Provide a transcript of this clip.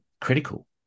critical